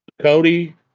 Cody